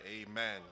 Amen